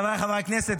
חבריי חברי הכנסת,